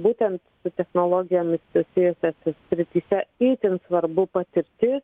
būtent su technologijomis susijusiose srityse itin svarbu patirtis